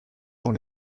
dans